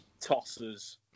Tossers